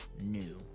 new